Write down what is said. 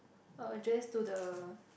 I'll address to the